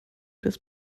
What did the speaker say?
das